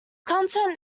content